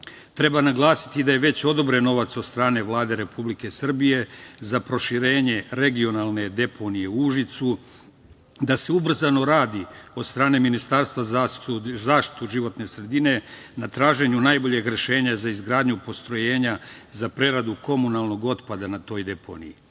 Treba naglasiti da je već odobren novac od strane Vlade Republike Srbije za proširenje regionalne deponije u Užicu, da se ubrzano radi od strane Ministarstva za zaštitu životne sredine na traženju najboljeg rešenja za izgradnju postrojenja za preradu komunalnog otpada na toj deponiji.